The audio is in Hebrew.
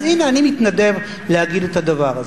אז הנה, אני מתנדב להגיד את הדבר הזה.